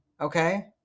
Okay